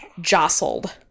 jostled